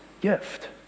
gift